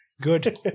Good